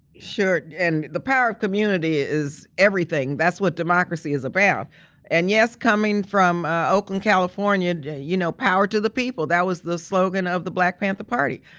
sure, and the power of community is everything. that's what democracy is about. and yes, coming from ah oakland, california, and you know power to the people. that was the slogan of the black panther party.